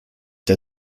der